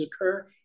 occur